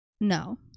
No